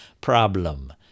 problem